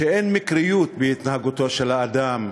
שאין מקריות בהתנהגותו של האדם,